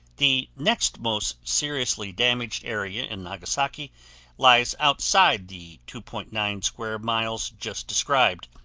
the next most seriously damaged area in nagasaki lies outside the two point nine square miles just described,